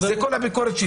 זה כל הביקורת שלי.